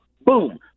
boom